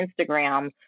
Instagram